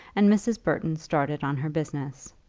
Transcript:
and mrs. burton started on her business.